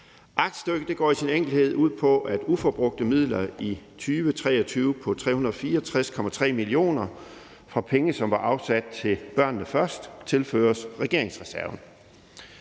Aktstykket går jo i sin enkelhed ud på, at uforbrugte midler i 2023 på 364,3 mio. kr. fra penge, som var afsat til »Børnene Først«, tilføres regeringsreserven.